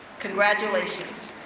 congratulations.